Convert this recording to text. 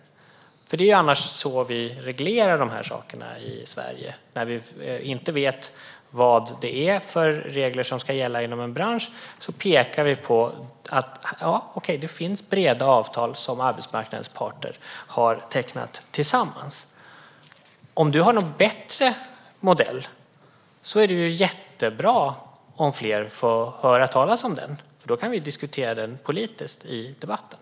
Det är ju så vi reglerar detta i Sverige. När vi inte vet vilka regler som ska gälla inom en bransch pekar vi på de breda avtal som arbetsmarknadens parter har tecknat tillsammans. Om du har en bättre modell är det jättebra om fler får höra talas om den. Då kan vi diskutera den politiskt i debatten.